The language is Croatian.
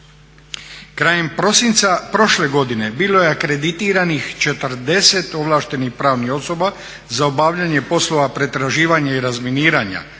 Krajem prosinca prošle godine bilo je akreditiranih 40 ovlaštenih pravnih osoba za obavljanje poslova pretraživanja i razminiranja,